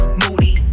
moody